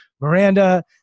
Miranda